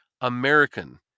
American